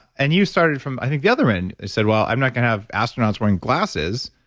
and you started from, i think the other end, said, well, i'm not going to have astronauts wearing glasses,